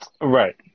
Right